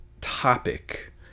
topic